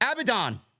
Abaddon